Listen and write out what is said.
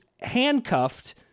handcuffed